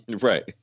Right